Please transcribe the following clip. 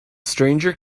stranger